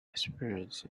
experience